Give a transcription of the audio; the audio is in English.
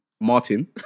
Martin